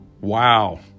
Wow